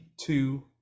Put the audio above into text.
two